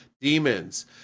demons